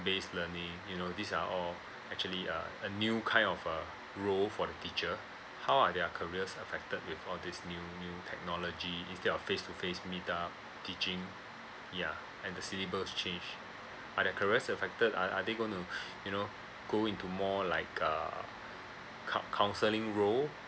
based learning you know these are all actually uh a new kind of uh role for the teacher how are their careers affected with all these new new technology instead of face to face meet up teaching ya and the syllabus change are their careers affected are are they going to you know go into more like uh coun~ counselling role